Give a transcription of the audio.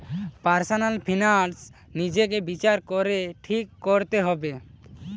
personal finance নিজেকে বিচার করে ঠিক কোরতে হবে